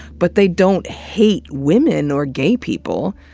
but they don't hate women or gay people.